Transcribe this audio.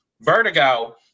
vertigo